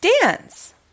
dance